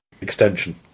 Extension